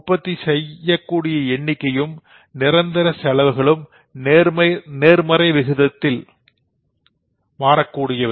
உற்பத்தி செய்யக்கூடிய எண்ணிக்கையும் நிரந்தர செலவுகளும் நேர்மறை விகிதத்தில் மாறக்கூடியவை